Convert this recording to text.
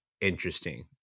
interesting